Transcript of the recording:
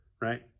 right